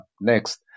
next